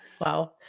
Wow